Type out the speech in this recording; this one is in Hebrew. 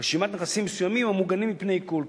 רשימת נכסים מסוימים המוגנים מפני עיקול,